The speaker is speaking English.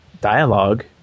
dialogue